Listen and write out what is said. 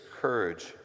courage